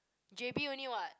J_B only what